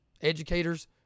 educators